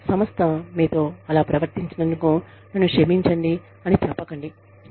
సంస్థ మీతో అలా ప్రవర్తించినందుకు నన్ను క్షమించండి అని చెప్పకండి